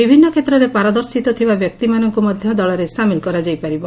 ବିଭିନ୍ନ କ୍ଷେତ୍ରରେ ପାରଦର୍ଶିତା ଥିବା ବ୍ୟକ୍ତିମାନଙ୍କୁ ମଧ୍ଧ ଦଳରେ ସାମିଲ କରାଯାଇପାରିବ